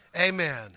amen